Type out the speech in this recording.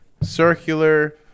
circular